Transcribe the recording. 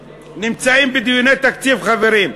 חברים.